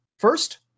First